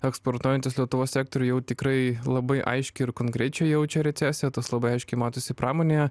eksportuojantys lietuvos sektoriuj jau tikrai labai aiškią ir konkrečią jaučia recesiją tas labai aiškiai matosi pramonėje